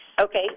Okay